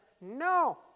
no